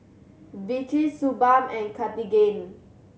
Vichy Suu Balm and Cartigain